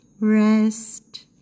rest